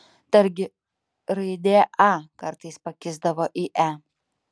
dargi raidė a kartais pakisdavo į e